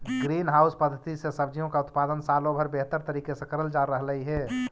green house पद्धति से सब्जियों का उत्पादन सालों भर बेहतर तरीके से करल जा रहलई हे